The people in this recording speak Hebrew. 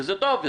שזה טוב,